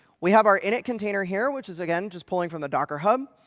we have our init container here, which is, again, just pulling from the docker hub.